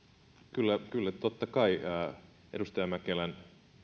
puhemies puheenjohtaja kyllä totta kai edustaja mäkelän